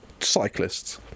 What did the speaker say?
cyclists